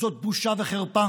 זאת בושה וחרפה.